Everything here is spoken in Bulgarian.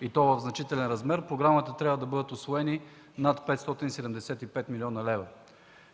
и то в значителен размер, по програмата трябва да бъдат усвоени над 575 млн. лв.